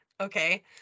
okay